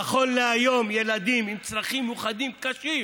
נכון להיום ילדים עם צרכים מיוחדים קשים